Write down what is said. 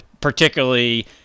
particularly